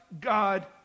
god